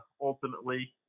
ultimately